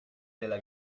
della